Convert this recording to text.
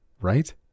right